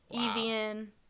Evian